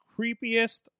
creepiest